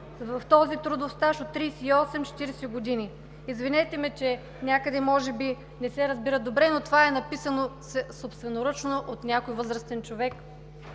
в този трудов стаж от 38 – 40 години.“ Извинете ме, че някъде може би не се разбира добре, но това е написано собственоръчно от някой възрастен човек.